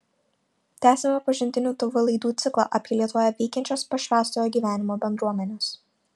tęsiame pažintinių tv laidų ciklą apie lietuvoje veikiančias pašvęstojo gyvenimo bendruomenes